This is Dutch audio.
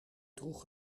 droeg